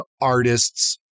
artists